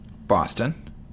Boston